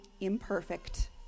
imperfect